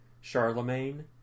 Charlemagne